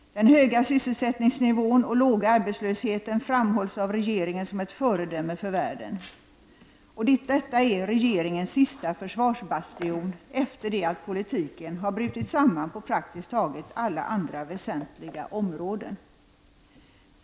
Den höga sysselsättningsnivån och låga arbetslösheten framhålls av regeringen som ett föredöme för världen. Detta är regeringens sista försvarsbastion efter det att politiken har brutit samman på praktiskt taget alla andra väsentliga områden.